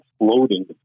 exploding